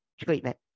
treatment